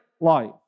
life